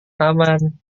taman